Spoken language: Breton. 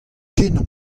kenañ